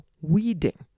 weeding